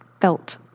felt